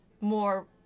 More